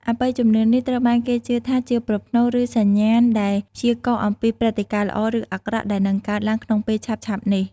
អបិយជំនឿនេះត្រូវបានគេជឿថាជាប្រផ្នូល ឬសញ្ញាណដែលព្យាករណ៍អំពីព្រឹត្តិការណ៍ល្អ ឬអាក្រក់ដែលនឹងកើតឡើងក្នុងពេលឆាប់ៗនេះ។